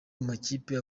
amakipe